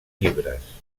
llibres